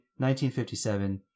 1957